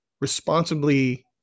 responsibly